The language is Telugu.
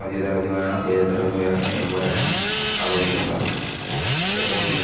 మధ్యతరగతి వారైనా పేద తరగతి వారైనా ఎవరైనా ఆలోచిస్తారు ఇకపోతే